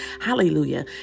Hallelujah